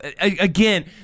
again